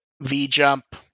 V-Jump